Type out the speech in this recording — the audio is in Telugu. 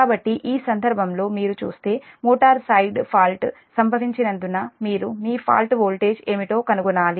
కాబట్టి ఈ సందర్భంలో మీరు చూస్తే మోటారు సైడ్ ఫాల్ట్ సంభవించినందున మీరు ప్రీ ఫాల్ట్ వోల్టేజ్ ఏమిటో కనుగొనాలి